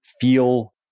feel